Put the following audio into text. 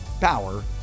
power